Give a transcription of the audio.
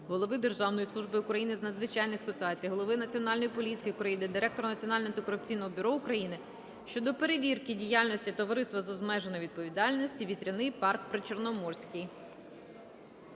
Голови Державної служби України з надзвичайних ситуацій, Голови Національної поліції України, Директора Національного антикорупційного бюро України щодо перевірки діяльності Товариства з обмеженою відповідальністю "Вітряний парк Причорноморський".